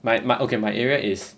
my my okay my area is